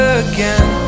again